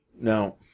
Now